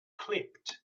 clipped